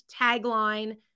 tagline